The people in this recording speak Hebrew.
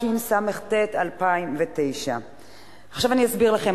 התשס"ט 2009. עכשיו אני אסביר לכם.